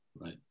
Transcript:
Right